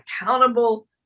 accountable